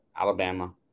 Alabama